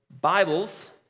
Bibles